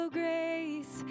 grace